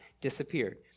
disappeared